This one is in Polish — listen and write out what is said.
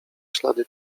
ślady